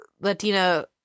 Latina